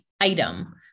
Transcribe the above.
item